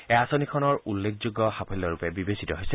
এয়া আঁচনিখনৰ উল্লেখযোগ্য সাফল্যৰূপে বিবেচিত হৈছে